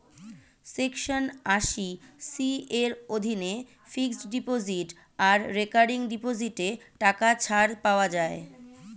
section আশি C এর অধীনে ফিক্সড ডিপোজিট আর রেকারিং ডিপোজিটে টাকা ছাড় পাওয়া যায়